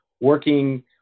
working